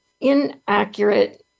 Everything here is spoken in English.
inaccurate